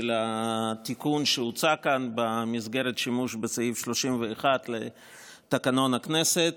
התיקון שהוצע כאן במסגרת שימוש בסעיף 31 לתקנון הכנסת.